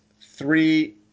three